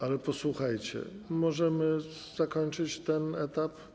Ale posłuchajcie, możemy zakończyć ten etap?